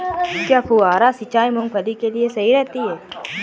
क्या फुहारा सिंचाई मूंगफली के लिए सही रहती है?